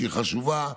שהיא חשובה,